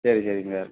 சரி சரிங்க சார்